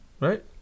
Right